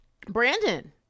Brandon